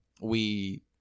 we-